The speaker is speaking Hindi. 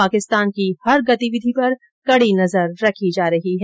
पाकिस्तान की हर गतिविधि पर कडी नजर रखी जा रही है